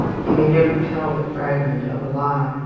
he may never tell the fragment of a lie,